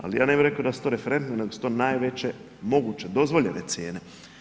Ali, ja bih rekao da su to referentne nego su to najveće moguće, dozvoljene cijene.